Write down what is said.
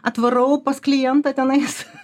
atvarau pas klientą tenais